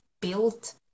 built